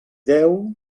deu